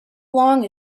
long